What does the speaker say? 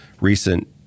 recent